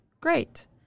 great